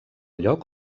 lloc